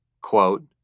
quote